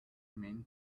men